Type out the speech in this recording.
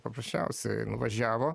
paprasčiausiai nuvažiavo